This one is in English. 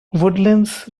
woodlands